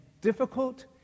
difficult